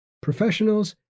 professionals